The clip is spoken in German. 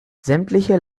sämtliche